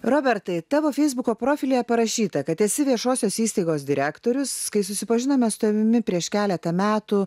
robertai tavo feisbuko profilyje parašyta kad esi viešosios įstaigos direktorius kai susipažinome su tavimi prieš keletą metų